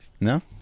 No